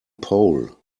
pole